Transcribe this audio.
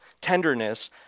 tenderness